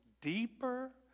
deeper